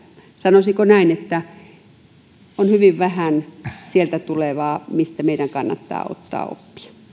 sanoisinko näin että on hyvin vähän sieltä tulevaa mistä meidän kannattaa ottaa